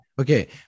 Okay